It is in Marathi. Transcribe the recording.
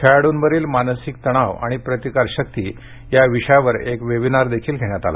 खेळाडूंवरील मानसिक तणाव आणि प्रतिकार शक्ति या विषयवार एक वेबिनार देखील घेण्यात आला